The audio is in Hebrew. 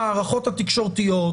במדרג השיקולים ההתייעלות הכלכלית קיימת,